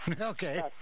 Okay